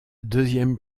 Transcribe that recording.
deuxième